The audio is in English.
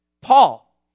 Paul